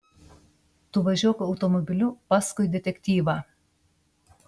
tu važiuok automobiliu paskui detektyvą